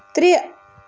ترٛےٚ